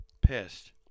pissed